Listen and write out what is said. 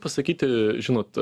pasakyti žinot